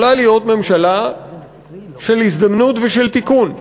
יכולה להיות ממשלה של הזדמנות ושל תיקון.